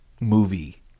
movie